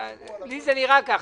לי זה נראה כך,